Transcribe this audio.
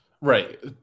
Right